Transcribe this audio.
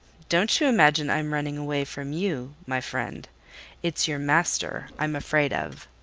don't you imagine i'm running away from you, my friend it's your master i'm afraid of.